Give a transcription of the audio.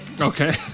Okay